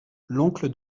l’oncle